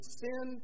sin